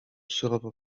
surowo